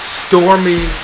stormy